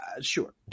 sure